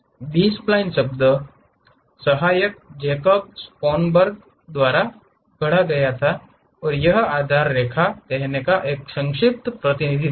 B spline शब्द Isaac Jacob Schoenberg द्वारा गढ़ा गया था और यह आधार रेखा कहने का एक संक्षिप्त प्रतिनिधित्व है